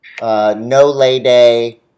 no-lay-day